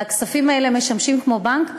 והכספים האלה משמשים כבנק.